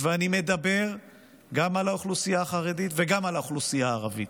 אני מדבר גם על האוכלוסייה החרדית וגם על האוכלוסייה הערבית.